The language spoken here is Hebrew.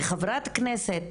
כחברת כנסת